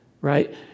right